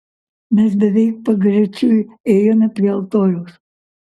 mes beveik pagrečiui ėjome prie altoriaus